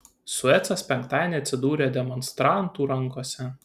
suecas penktadienį atsidūrė demonstrantų rankose